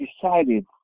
decided